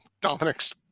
Dominic's